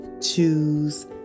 choose